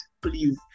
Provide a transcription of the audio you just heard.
please